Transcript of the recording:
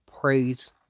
Praise